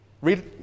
Read